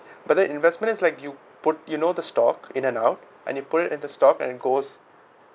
but then investment is like you put you know the stock in and out and you put it in the stock and then goes